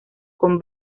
con